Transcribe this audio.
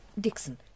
Dixon